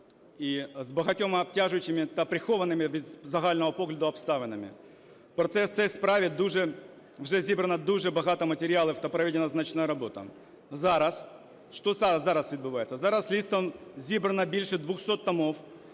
і з багатьма обтяжуючими та прихованими від загального погляду обставинами. Проте, в цій справі вже зібрано дуже багато матеріалів та проведена значна робота. Що зараз відбувається. Зараз слідством зібрано більше 200 томів.